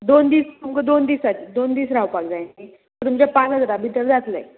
दोन दीस तुमकां दोन दिसा दोन दीस रावपाक जाय न्ही सो तुमच्या पांच हजारा भितर जातले